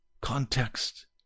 context